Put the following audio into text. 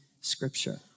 Scripture